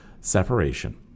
separation